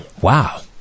Wow